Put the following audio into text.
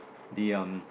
the um